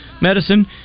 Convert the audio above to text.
medicine